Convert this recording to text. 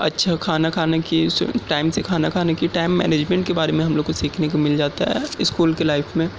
اچھا کھانا کھانے کی ٹائم سے کھانا کھانے کی ٹائم مینجمنٹ کے بارے میں ہم لوگ کو سیکھنے کو مل جاتا ہے اسکول کے لائف میں